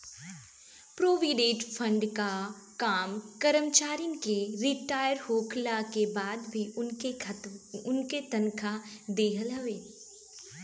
provident fund कअ काम करमचारिन के रिटायर होखला के बाद भी उनके तनखा देहल हवे